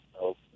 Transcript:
no